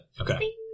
Okay